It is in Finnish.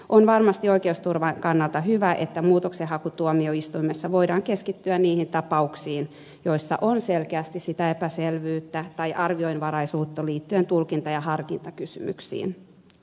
on varmasti oikeusturvan kannalta hyvä että muutoksenhakutuomioistuimessa voidaan keskittyä niihin tapauksiin joissa on selkeästi sitä epäselvyyttä tai arvionvaraisuutta liittyen tulkinta ja harkintakysymyksiin